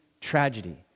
tragedy